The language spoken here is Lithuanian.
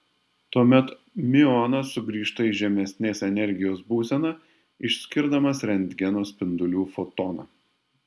tuomet miuonas sugrįžta į žemesnės energijos būseną išskirdamas rentgeno spindulių fotoną